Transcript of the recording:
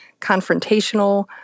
confrontational